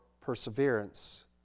perseverance